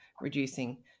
reducing